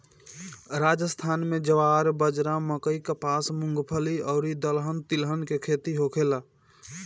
राजस्थान में ज्वार, बाजारा, मकई, कपास, मूंगफली अउरी दलहन तिलहन के खेती होखेला